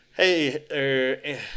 hey